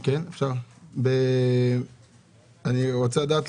אני רוצה לדעת,